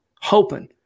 hoping